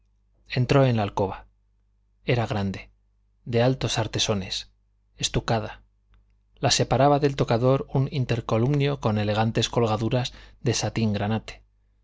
entró en la alcoba era grande de altos artesones estucada la separaba del tocador un intercolumnio con elegantes colgaduras de satín granate